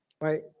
right